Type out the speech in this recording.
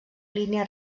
línia